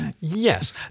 Yes